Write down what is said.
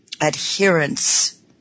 adherence